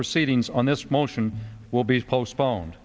proceedings on this motion will be postpone